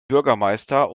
bürgermeister